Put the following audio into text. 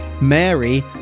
Mary